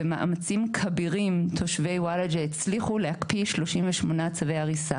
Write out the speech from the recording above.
במאמצים כבירים תושבי וולאג'ה הצליחו להקפיא 38 צווי הריסה,